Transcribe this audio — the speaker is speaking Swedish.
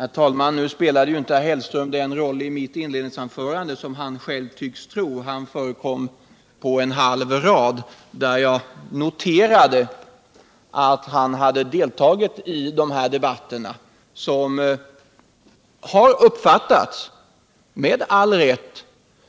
Herr talman! Herr Hellström spelade inte den roll i mitt inledningsanförande som han själv tycks tro — han förekom på en halv rad, där jag noterade att han hade deltagit i dessa debatter som med all rätt har uppfattats